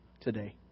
today